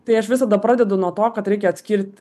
tai aš visada pradedu nuo to kad reikia atskirti